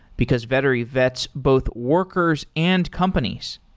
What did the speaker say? because vettery vets both workers and companies.